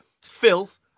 filth